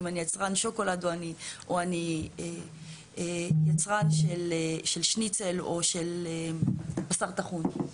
אם אני יצרן שוקולד או אני יצרן של שניצל או של בשר טחון,